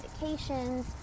medications